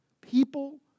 people